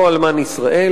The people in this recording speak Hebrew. לא אלמן ישראל.